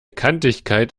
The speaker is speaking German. kantigkeit